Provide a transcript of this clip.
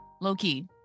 low-key